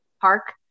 park